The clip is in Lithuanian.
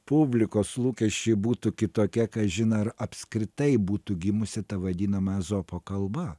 publikos lūkesčiai būtų kitokie kažin ar apskritai būtų gimusi ta vadinama ezopo kalba